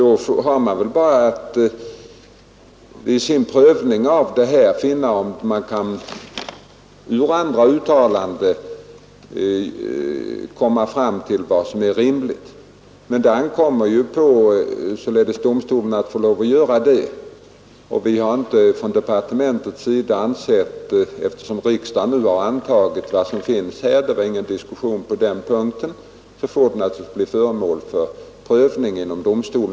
Då har man väl bara att vid sin prövning av ett sådant ärende undersöka om man ur andra uttalanden kan komma fram till vad som är rimligt. Det ankommer således på domstolen att göra det. Eftersom riksdagen har antagit denna lag — och det förekom ingen diskussion på den punkten — har vi från departementets sida ansett att frågan får bli föremål för prövning vid domstol.